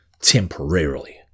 temporarily